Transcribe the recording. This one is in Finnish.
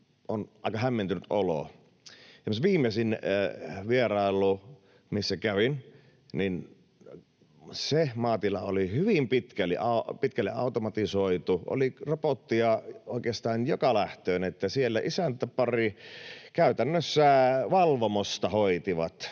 on aika hämmentynyt olo. Esimerkiksi viimeisin vierailu, missä kävin: Se maatila oli hyvin pitkälle automatisoitu, oli robottia oikeastaan joka lähtöön, että siellä isäntäpari käytännössä valvomosta hoiti